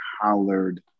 hollered